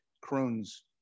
croons